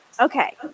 Okay